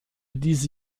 diese